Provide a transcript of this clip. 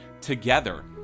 together